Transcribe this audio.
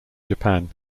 japan